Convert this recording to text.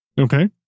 Okay